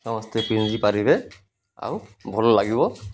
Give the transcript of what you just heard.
ସମସ୍ତେ ପିନ୍ଧି ପାରିବେ ଆଉ ଭଲ ଲାଗିବ